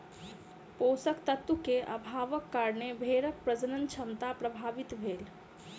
पोषक तत्व के अभावक कारणें भेड़क प्रजनन क्षमता प्रभावित भेल